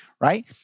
right